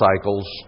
cycles